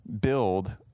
build